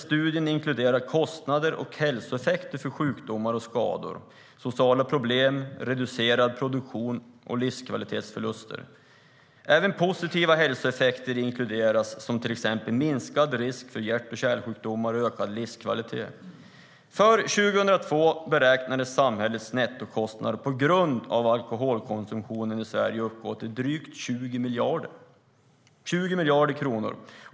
Studien inkluderade kostnader och hälsoeffekter för sjukdomar och skador, sociala problem, reducerad produktion och livskvalitetsförluster. Även positiva hälsoeffekter inkluderades, till exempel minskad risk för hjärt och kärlsjukdomar och ökad livskvalitet. För 2002 beräknades samhällets nettokostnader på grund av alkoholkonsumtionen i Sverige uppgå till drygt 20 miljarder kronor.